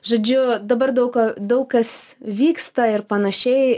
žodžiu dabar daug daug kas vyksta ir panašiai